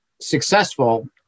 successful